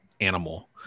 animal